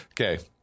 okay